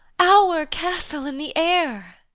our castle in the air!